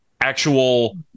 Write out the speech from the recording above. Actual